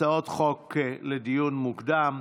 הצעות חוק לדיון מוקדם.